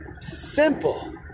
simple